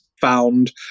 found